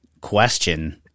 question